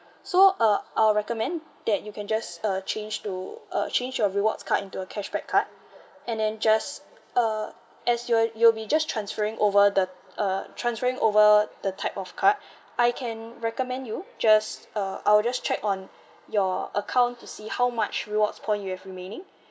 so uh I'll recommend that you can just uh change to uh change your rewards card into a cashback card and then just uh as you'll you'll be just transferring over the uh transferring over the type of card I can recommend you just uh I'll just check on your account to see how much rewards point you have remaining